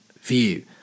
view